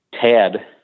Tad